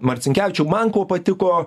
marcinkevičių man kuo patiko